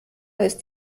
ist